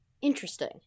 interesting